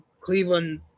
Cleveland